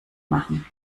machen